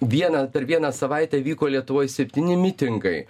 vieną per vieną savaitę vyko lietuvoj septyni mitingai